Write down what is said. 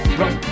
run